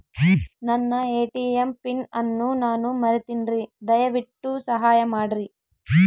ನನ್ನ ATM PIN ಅನ್ನು ನಾನು ಮರಿತಿನ್ರಿ, ದಯವಿಟ್ಟು ಸಹಾಯ ಮಾಡ್ರಿ